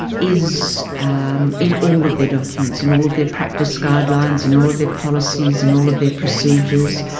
is in all of their documents and all of their practice guidelines and all of their policies and all of their procedures,